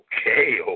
okay